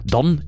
Dan